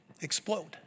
explode